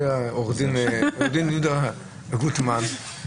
עורך דין יהודה גוטמן,